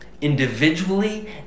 individually